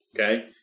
okay